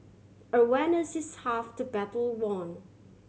awareness is half to battle won